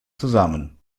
zusammen